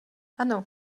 ano